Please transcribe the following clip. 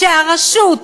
הרשות,